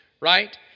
right